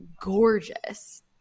gorgeous